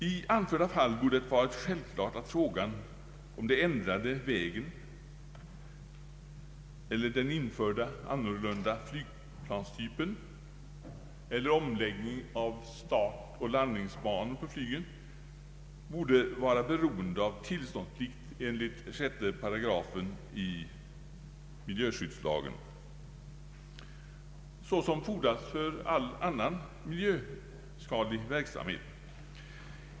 I anförda fall borde det ha varit självklart att frågan om ändrade vägar, införandet av annan flygplanstyp eller omläggning av startoch landningsbanor för flyget borde vara beroende av tillståndsplikt enligt 6 § miljöskyddslagen, vilket krävs för all annan miljöskadlig verksamhet.